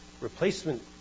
replacement